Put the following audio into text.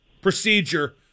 procedure